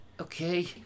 Okay